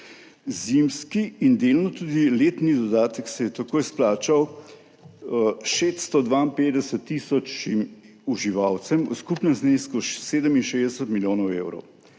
Zimski in delno tudi letni dodatek se je tako izplačal 652 tisoč uživalcem v skupnem znesku 67 milijonov evrov.